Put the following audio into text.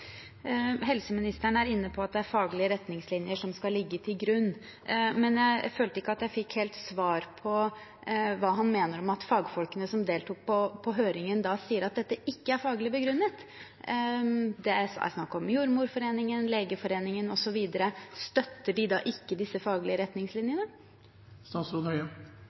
Helseministeren er inne på at det er faglige retningslinjer som skal ligge til grunn, men jeg følte ikke at jeg fikk helt svar på hva han mener om at fagfolkene som deltok på høringen, sier at dette ikke er faglig begrunnet. Det er snakk om Jordmorforeningen, Legeforeningen osv. Støtter de da ikke disse faglige